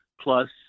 plus